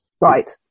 right